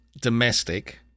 domestic